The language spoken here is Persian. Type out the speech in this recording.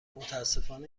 متاسفانه